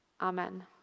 Amen